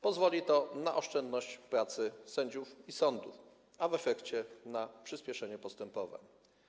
Pozwoli to na oszczędność pracy sędziów i sądów, a w efekcie na przyspieszenie postępowań.